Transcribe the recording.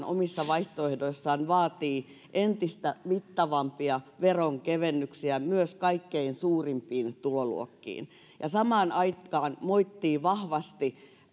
omissa vaihtoehdoissaan vaatii entistä mittavampia veronkevennyksiä myös kaikkein suurimpiin tuloluokkiin ja samaan aikaan moittii vahvasti